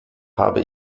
habe